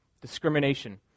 Discrimination